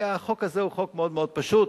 החוק הזה הוא חוק מאוד מאוד פשוט.